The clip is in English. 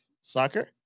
soccer